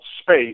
space